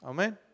Amen